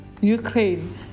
ukraine